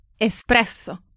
ESPRESSO